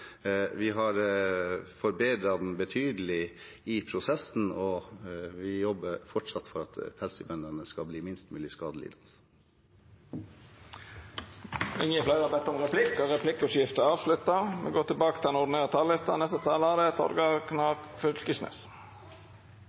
Vi har forbedret den betydelig i prosessen, og vi jobber fortsatt for at pelsdyrbøndene skal bli minst mulig skadelidende. Replikkordskiftet er avslutta. Utgangspunktet for SVs arbeid med statsbudsjettet er